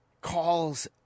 calls